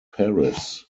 paris